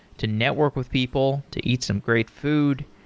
to network with people, to eat some great food,